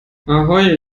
ahoi